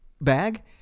bag